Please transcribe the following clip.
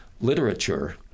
literature